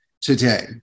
today